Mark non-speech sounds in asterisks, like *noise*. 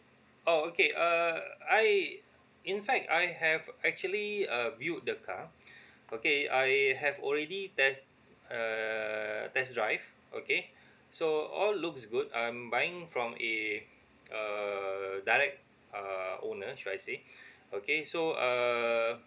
oh okay err I in fact I have actually uh viewed the car *breath* okay I have already test err test drive okay so all looks good I'm buying from a a direct uh owner should I say okay so uh